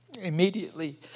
immediately